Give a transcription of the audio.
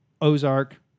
Ozark